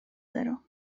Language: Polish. zero